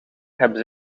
hebben